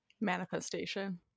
manifestation